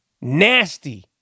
Nasty